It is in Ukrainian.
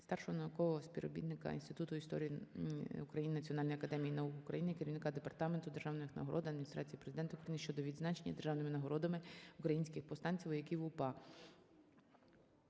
старшого наукового співробітника Інституту історії України Національної академії наук України, керівника Департаменту державних нагород Адміністрації Президента України щодо відзначення державними нагородами українських повстанців - вояків УПА.